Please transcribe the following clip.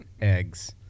eggs